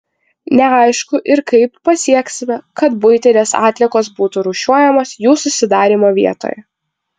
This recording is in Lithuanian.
neaišku ir kaip pasieksime kad buitinės atliekos būtų rūšiuojamos jų susidarymo vietoje